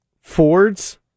Fords